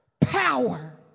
Power